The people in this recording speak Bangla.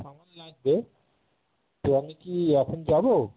সামান লাগবে তো আমি কি এখন যাব